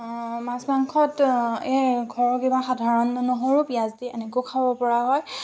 মাছ মাংসত এই ঘৰৰ কিবা সাধাৰণ নহৰু পিঁয়াজ দি এনেকৈও খাব পৰা হয়